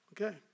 Okay